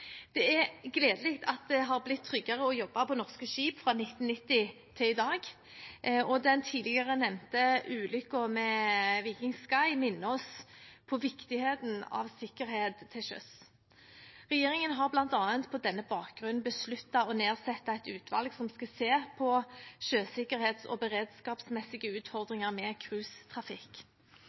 Det er gledelig at det har blitt tryggere å jobbe på norske skip fra 1990 til i dag, og den tidligere nevnte ulykken med «Viking Sky» minner oss om viktigheten av sikkerhet til sjøs. Regjeringen har bl.a. på denne bakgrunnen besluttet å nedsette et utvalg som skal se på sjøsikkerhet og beredskapsmessige utfordringer med